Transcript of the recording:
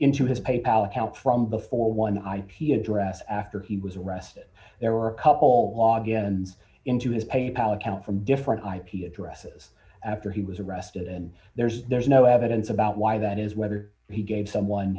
into his pay pal account from before one ip address after he was arrested there were a couple logons into his pay pal account from different ip addresses after he was arrested and there's there's no evidence about why that is whether he gave someone